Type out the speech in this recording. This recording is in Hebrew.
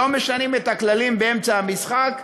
לא משנים את הכללים באמצע המשחק,